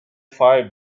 fire